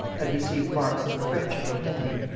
had received marks of the friendship of henry.